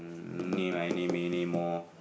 Eeny-Meeny-Miny-Moe